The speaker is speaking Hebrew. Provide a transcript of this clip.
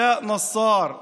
עלאא נאסר מעראבה,